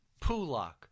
Pulak